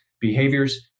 behaviors